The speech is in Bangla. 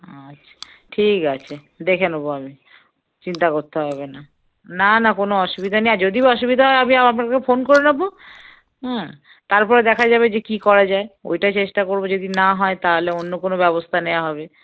আচ্ছা ঠিক আছে দেখে নেবো আমি চিন্তা করতে হবে না না না কোনো অসুবিধা নেই যদিও অসুবিধা হয় আমি আপনাকে ফোন করে নেবো হ্যাঁ তারপরে দেখা যাবে যে কি করা যায় ওইটাই চেষ্টা করবো যদি না হয় তাহলে অন্য কোনো ব্যবস্থা নেওয়া হবে